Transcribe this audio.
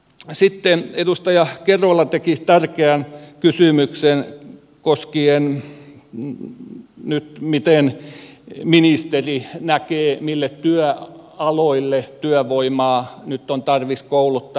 sitten edustaja kerola teki tärkeän kysymyksen koskien sitä miten ministeri näkee mille työaloille työvoimaa nyt on tarvis kouluttaa